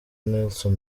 nelson